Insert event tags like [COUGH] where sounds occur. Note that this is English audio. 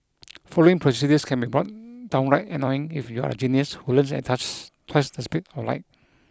following procedures can be [UNINTELLIGIBLE] [NOISE] downright annoying if you're a genius who learns at [UNINTELLIGIBLE] twice the speed of light